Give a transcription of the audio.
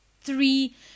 three